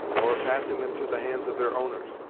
or of passing them to the hands of their owners.